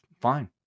fine